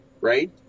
right